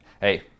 hey